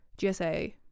gsa